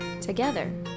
Together